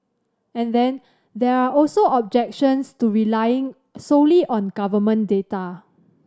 and then there are also objections to relying solely on government data